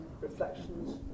reflections